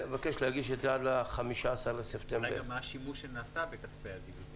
אני מבקש להגיש דוח זה עד ה-15 בספטמבר 2020. אולי כדאי שיפורט מה השימוש שנעשה בכספי הדיבידנד.